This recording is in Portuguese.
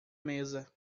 mesa